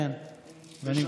ואני